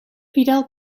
fidel